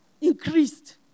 increased